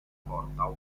porta